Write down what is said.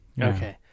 Okay